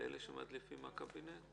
לאלה שמדליפים מהקבינט?